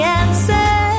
answer